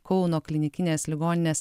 kauno klinikinės ligoninės